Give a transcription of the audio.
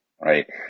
right